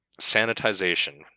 sanitization